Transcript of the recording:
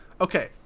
okay